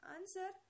Answer